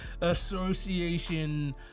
association